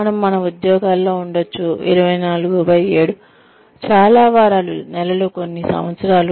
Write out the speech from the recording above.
మనము మన ఉద్యోగాలలో ఉండవచ్చు 247 చాలా వారాలు నెలలు కొన్ని సంవత్సరాలు